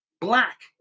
black